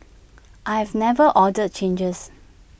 I have never ordered changes